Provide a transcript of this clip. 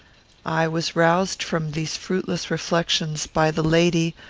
i was roused from these fruitless reflections by the lady,